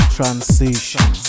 Transition